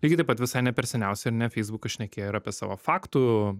lygiai taip pat visai ne per seniausiai ar ne feisbukas šnekėjo ir apie savo faktų